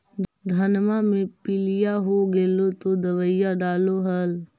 धनमा मे पीलिया हो गेल तो दबैया डालो हल?